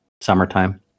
summertime